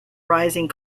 rising